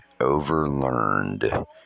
overlearned